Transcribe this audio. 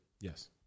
yes